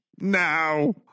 now